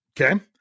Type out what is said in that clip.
Okay